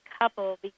couple